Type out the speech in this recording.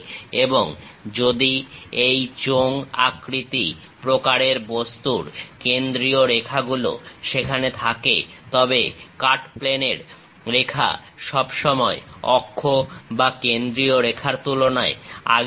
এবং যদি এই চোঙ আকৃতি প্রকারের বস্তুর কেন্দ্রীয় রেখাগুলো সেখানে থাকে তবে কাট প্লেন ের রেখা সব সময় অক্ষ বা কেন্দ্রীয় রেখার তুলনায় আগে থাকে